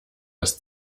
das